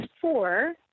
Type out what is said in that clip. four